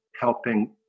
helping